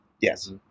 Yes